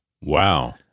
Wow